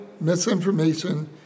misinformation